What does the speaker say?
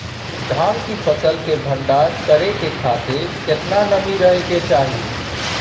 धान की फसल के भंडार करै के खातिर केतना नमी रहै के चाही?